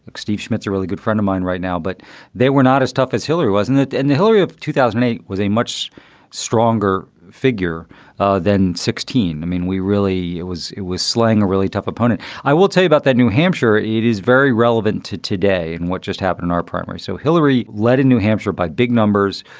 like steve schmidt, their really good friend of mine right now. but they were not as tough as hillary wasn't. and the hillary of two thousand and eight was a much stronger figure than sixteen. i mean, we really it was it was slaying a really tough opponent. i will say about that. new hampshire, hampshire, it is very relevant to today in what just happened in our primary. so hillary led in new hampshire by big numbers,